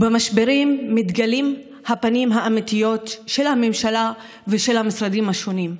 במשברים מתגלים הפנים האמיתיים של הממשלה ושל המשרדים השונים.